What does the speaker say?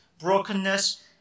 brokenness